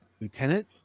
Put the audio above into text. Lieutenant